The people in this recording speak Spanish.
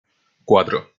cuatro